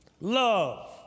Love